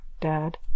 Dad